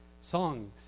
songs